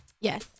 Yes